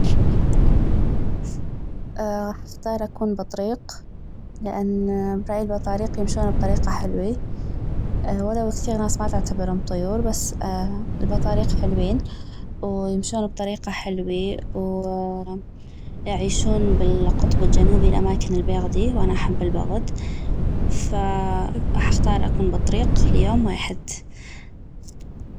غاح اختار اكون بطريق لان برأي البطاريق يمشون بطريقة حلوي ولو كثيغ ناس ما تعتبرم طيور بس البطاريق حلوين ويمشون بطريقة حلوي ويعيشون بالقطب الجنوبي الأماكن البيغدي وانا احب البغد فغاح اختار اكون بطريق ليوم ويحد